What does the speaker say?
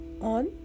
on